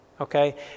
Okay